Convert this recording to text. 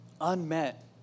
unmet